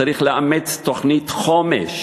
צריך לאמץ תוכנית חומש